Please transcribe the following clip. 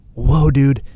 whoa, dude.